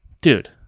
Dude